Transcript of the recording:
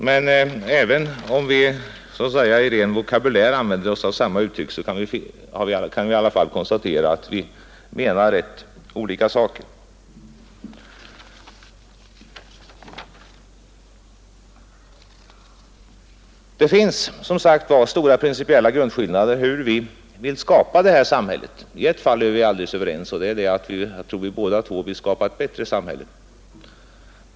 Men även om vi i vår vokabulär använder samma uttryck kan vi konstatera att vi menar rätt olika saker. Det finns, som sagt var, stora principiella grundskillnader i fråga om hur vi vill skapa detta samhälle. I ett fall är vi alldeles överens — jag tror att vi båda vill skapa ett bättre samhälle.